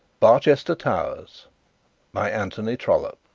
barchester towers by anthony trollope